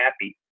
happy